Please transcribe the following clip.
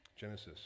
Genesis